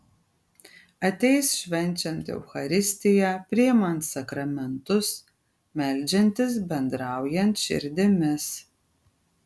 ateis švenčiant eucharistiją priimant sakramentus meldžiantis bendraujant širdimis